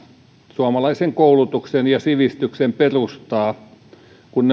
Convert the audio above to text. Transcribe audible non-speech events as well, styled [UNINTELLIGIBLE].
suomalaisen koulutuksen ja sivistyksen perustaa kun [UNINTELLIGIBLE]